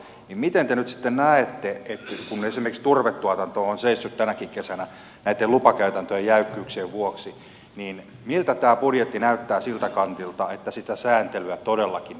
miten te nyt sitten näette kun esimerkiksi turvetuotantoa on seissyt tänäkin kesänä lupakäytäntöjen jäykkyyksien vuoksi miltä tämä budjetti näyttää siltä kantilta että sitä sääntelyä todellakin pystyttäisiin vähentämään